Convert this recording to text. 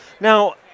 now—